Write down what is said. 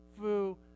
fu